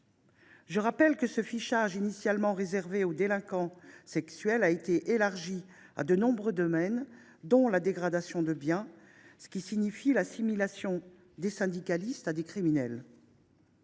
Je rappelle que ce fichage, initialement réservé aux délinquants sexuels, a été élargi à de nombreux domaines, dont la dégradation de biens, ce qui revient à assimiler des syndicalistes à des criminels